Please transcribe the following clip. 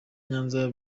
nyanza